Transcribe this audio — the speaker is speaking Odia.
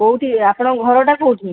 କେଉଁଠି ଆପଣଙ୍କ ଘରଟା କେଉଁଠି